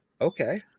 okay